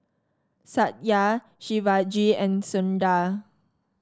Satya Shivaji and Sundar